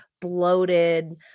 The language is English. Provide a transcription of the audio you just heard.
Bloated